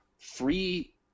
free